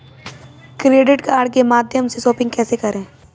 Credit card के माध्यम से शॉपिंग कैसे करें?